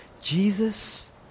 Jesus